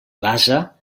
basa